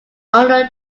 under